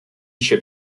ship